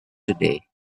today